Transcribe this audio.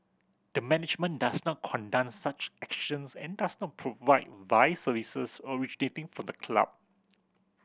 the management does not condone such actions and does not provide vice services originating from the club